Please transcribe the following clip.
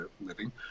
living